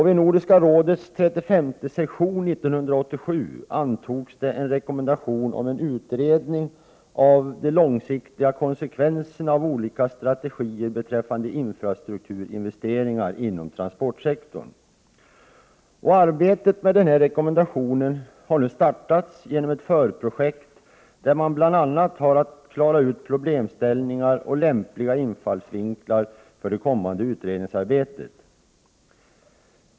Vid Nordiska rådets trettiofemte session 1987 antogs en rekommendation om en utredning av de långsiktiga konsekvenserna av olika strategier beträffande infrastrukturinvesteringar inom transportsektorn. Arbetet med denna rekommendation har startats genom ett förprojekt, där man bl.a. har att klara ut problemställningar och lämpliga infallsvinklar för det kommande utredningsarbetet.